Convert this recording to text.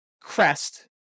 crest